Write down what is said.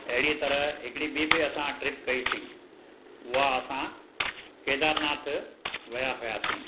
अहिड़ी तरह हिकिड़ी ॿीं बि असां ट्रिप कईसीं उहा असां केदारनाथ विया हुयासीं